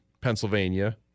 Pennsylvania